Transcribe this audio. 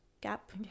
gap